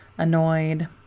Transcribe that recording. Annoyed